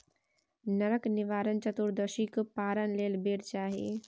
नरक निवारण चतुदर्शीक पारण लेल बेर चाही